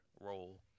role